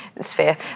sphere